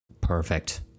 perfect